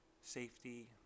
safety